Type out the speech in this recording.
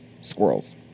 Squirrels